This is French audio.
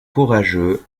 courageux